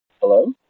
Hello